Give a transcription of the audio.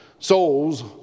souls